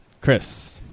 Chris